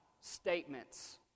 statements